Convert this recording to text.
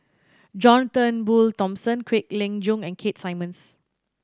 John Turnbull Thomson Kwek Leng Joo and Keith Simmons